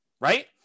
Right